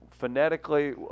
Phonetically